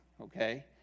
okay